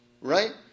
right